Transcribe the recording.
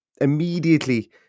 immediately